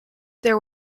there